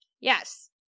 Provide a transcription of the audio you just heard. Yes